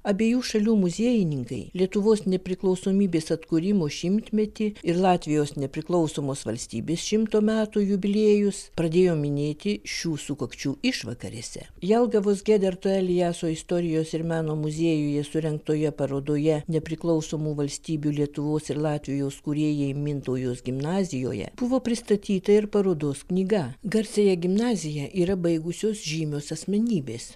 abiejų šalių muziejininkai lietuvos nepriklausomybės atkūrimo šimtmetį ir latvijos nepriklausomos valstybės šimto metų jubiliejus pradėjo minėti šių sukakčių išvakarėse jelgavos gederto elijaso istorijos ir meno muziejuje surengtoje parodoje nepriklausomų valstybių lietuvos ir latvijos kūrėjai mintaujos gimnazijoje buvo pristatyta ir parodos knyga garsiąją gimnaziją yra baigusios žymios asmenybės